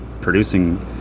producing